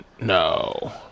No